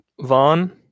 Vaughn